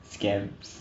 scams